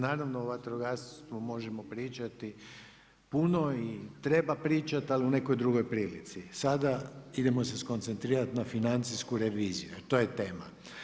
Naravno o vatrogastvu možemo pričati puno i treba pričati ali u nekoj drugoj prilici, sada idemo se skoncentrirat na financijsku reviziju, to je tema.